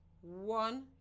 One